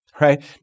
right